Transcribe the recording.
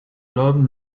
love